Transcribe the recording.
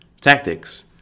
tactics